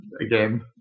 again